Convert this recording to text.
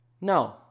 No